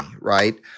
right